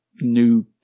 new